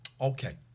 Okay